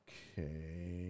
Okay